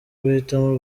guhitamo